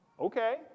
okay